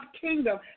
kingdom